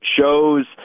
shows